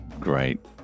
great